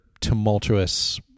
tumultuous